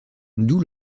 d’où